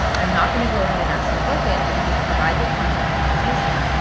i'm not going to go ahead and actually book it, but you just provide your contact information,